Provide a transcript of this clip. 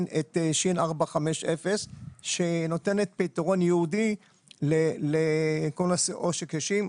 את ש/450 שנותנת פתרון ייעודי לכל עושק הקשישים.